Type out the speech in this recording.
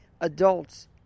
adults